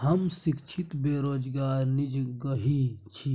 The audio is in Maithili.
हम शिक्षित बेरोजगार निजगही छी,